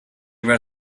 were